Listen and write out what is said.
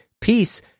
Peace